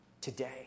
today